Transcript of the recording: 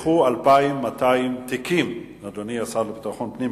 נפתחו 2,200 תיקים, אדוני השר לביטחון פנים.